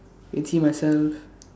can see myself